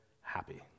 happy